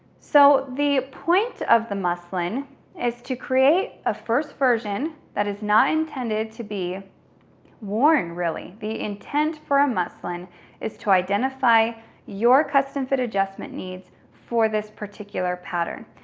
so the point of the muslin is to create a first version that is not intended to be worn really. the intent for a muslin is to identify your custom fit adjustment needs for this particular pattern.